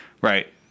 Right